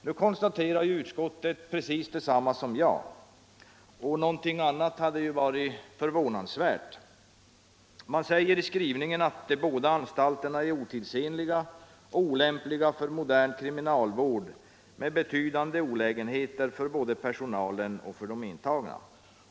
Nu konstaterar utskottet precis detsamma som jag — och något annat hade ju varit förvånansvärt. Man säger i skrivningen att de båda anstalterna är otidsenliga och olämpliga för modern kriminalvård med betydande olägenheter för både personalen och de intagna.